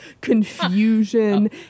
confusion